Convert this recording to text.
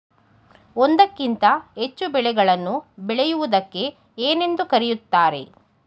ಒಂದಕ್ಕಿಂತ ಹೆಚ್ಚು ಬೆಳೆಗಳನ್ನು ಬೆಳೆಯುವುದಕ್ಕೆ ಏನೆಂದು ಕರೆಯುತ್ತಾರೆ?